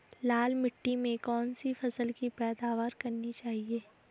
लाल मिट्टी में कौन सी फसल की पैदावार करनी चाहिए?